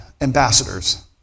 ambassadors